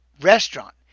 restaurant